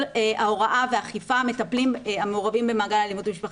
ההוראה והאכיפה המטפלים המעורבים במעגל האלימות במשפחה.